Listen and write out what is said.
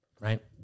right